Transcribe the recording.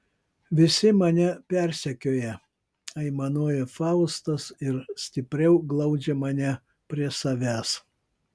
visi mane persekioja aimanuoja faustas ir stipriau glaudžia mane prie savęs